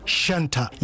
shanta